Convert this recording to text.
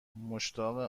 مشتاق